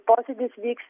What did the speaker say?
posėdis vyks